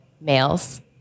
males